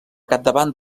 capdavant